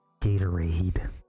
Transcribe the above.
Gatorade